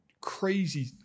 crazy